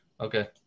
Okay